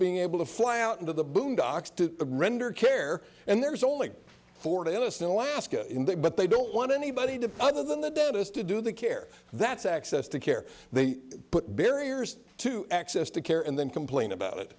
being able to fly out into the boondocks to render care and there's only fourteen us in alaska in there but they don't want anybody to other than the dentist to do the care that's access to care they put barriers to access to care and then complain about it